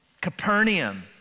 Capernaum